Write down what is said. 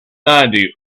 ninety